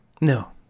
No